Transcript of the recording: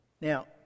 Now